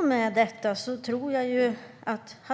Om vi